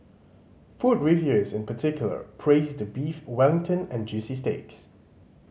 food reviewers in particular praised the Beef Wellington and juicy steaks